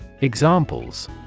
Examples